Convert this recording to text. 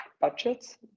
budgets